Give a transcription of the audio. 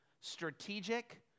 strategic